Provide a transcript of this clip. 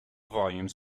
volumes